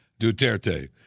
Duterte